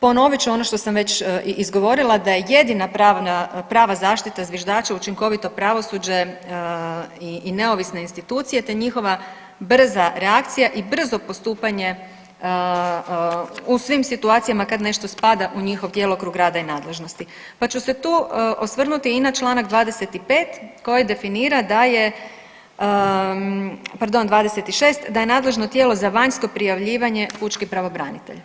ponovit ću ono što sam već i izgovorila, da je jedina pravna prava zaštita zviždača učinkovito pravosuđe i neovisne institucije te njihova brza reakcija i brzo postupanje u svim situacijama kad nešto spada u njihov djelokrug rada i nadležnosti pa ću se tu osvrnuti i na čl. 25 koji definira da je, pardon, 26, da je nadležno tijelo za vanjsko prijavljivanje pučki pravobranitelj.